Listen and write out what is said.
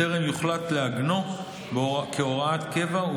בטרם יוחלט לעגנו כהוראת קבע,